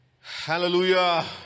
hallelujah